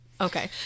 okay